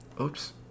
Oops